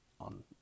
on